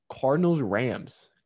Cardinals-Rams